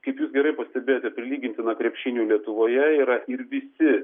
kaip jūs gerai pastebėjote prilygintina krepšiniui lietuvoje yra ir visi